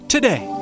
Today